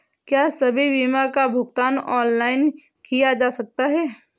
क्या सभी बीमा का भुगतान ऑनलाइन किया जा सकता है?